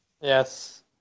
Yes